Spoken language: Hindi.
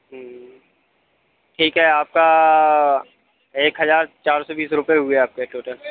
ठीक है आपका एक हज़ार चार सौ बीस रुपये हुए हैं आपके टोटल